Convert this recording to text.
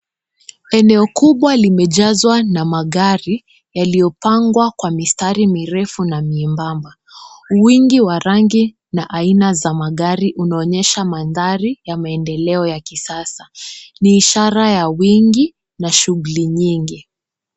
Eneo kubwa limejazwa kwa magari yaliyopangwa kwa mistari mirefu na myembamba. Wingi wa rangi na aina za magari unaonyesha mandhari ya maendeleo ya kisasa. Ni ishara ya wingi na shughuli nyingi.